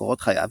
קורות חייו